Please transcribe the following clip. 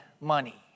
money